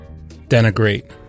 denigrate